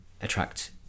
attract